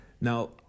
Now